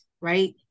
right